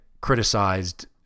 criticized